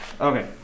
Okay